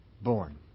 born